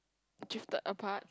drifted apart